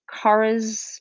Kara's